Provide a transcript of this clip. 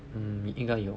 mm 应该有